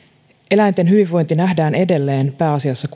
eläinten hyvinvointi nähdään edelleen pääasiassa